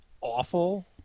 awful